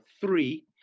three